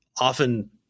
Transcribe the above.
often